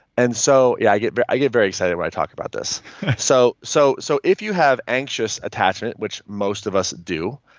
and so yeah, i get but i get very excited when i talk about this so so so if you have anxious attachment, which most of us do,